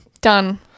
Done